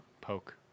poke